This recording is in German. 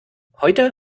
heute